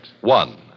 One